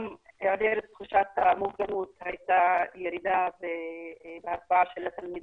גם היעדר תחושת המוגנות היתה ירידה בתשובות התלמידים,